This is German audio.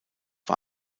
war